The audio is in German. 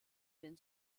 den